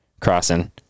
crossing